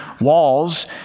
walls